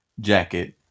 jacket